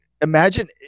imagine